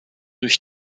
durch